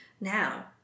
now